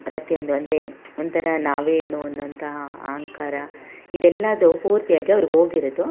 ಪ್ರತಿಯೊಂದೂ ಅಂದರೆ ಒಂಥರ ನಾವೇ ಏನೋ ಅನ್ನೋ ಅಂತಹ ಅಹಂಕಾರ ಇದೆಲ್ಲದೂ ಪೂರ್ತಿಯಾಗಿ ಅವ್ರ್ಗೆ ಓಗಿರೋದು